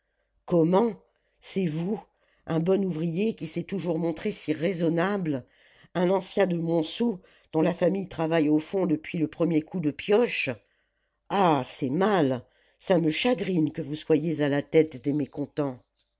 comment c'est vous un bon ouvrier qui s'est toujours montré si raisonnable un ancien de montsou dont la famille travaille au fond depuis le premier coup de pioche ah c'est mal ça me chagrine que vous soyez à la tête des mécontents